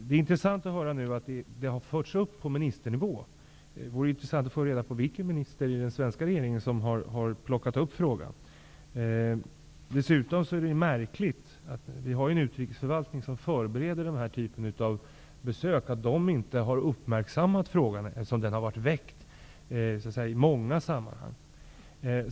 Det var intressant att höra att frågan har förts upp på ministernivå. Det vore då intressant att få reda på vilken minister i den svenska regeringen som har tagit upp frågan. Vi har en utrikesförvaltning som förbereder den här typen av besök. Det är märkligt att den inte har uppmärksammat frågan, eftersom den har varit uppe i många sammanhang.